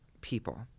people